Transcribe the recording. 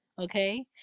Okay